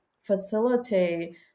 facilitate